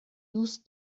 دوست